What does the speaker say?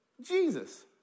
Jesus